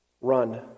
Run